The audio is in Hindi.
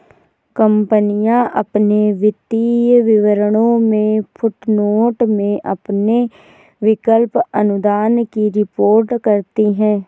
कंपनियां अपने वित्तीय विवरणों में फुटनोट में अपने विकल्प अनुदान की रिपोर्ट करती हैं